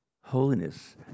holiness